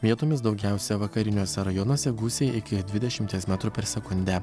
vietomis daugiausia vakariniuose rajonuose gūsiai iki dvidešimties metrų per sekundę